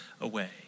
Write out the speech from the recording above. away